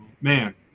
man